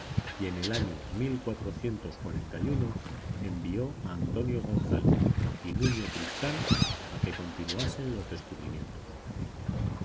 y en el año de envió a antonio gonzález y nuño tristán a que continuasen los descubrimientos